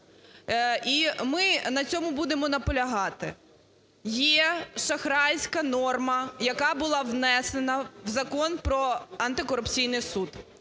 і ми на цьому будемо наполягати. Є шахрайська норма, яка була внесена в Закон про антикорупційний суд,